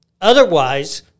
Otherwise